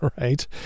right